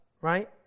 right